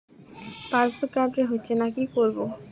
Passbook update হচ্ছেনা কি করবো?